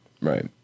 Right